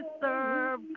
serve